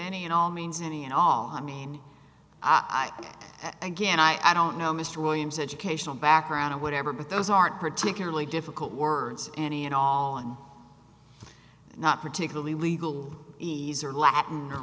any and all means any and all i mean i think again i don't know mr williams educational background or whatever but those aren't particularly difficult words any at all not particularly legal ease or latin or